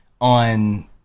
on